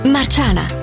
Marciana